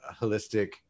holistic